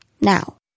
now